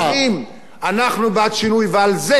אנחנו בעד שינוי, ועל זה,